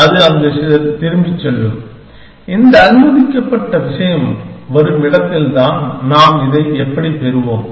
எனவே அது அங்கு திரும்பிச் செல்லும் இந்த அனுமதிக்கப்பட்ட விஷயம் வரும் இடத்தில்தான் நாம் இதை எப்படிப் பெறுவோம்